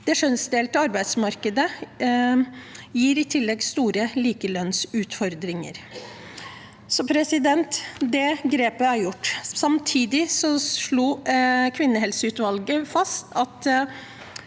Det kjønnsdelte arbeidsmarkedet gir i tillegg store likelønnsutfordringer. Så det grepet er tatt. Samtidig slo kvinnehelseutvalget fast at